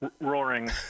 roaring